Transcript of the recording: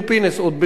עוד בתחילת הקדנציה,